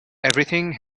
everything